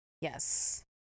Yes